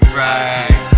right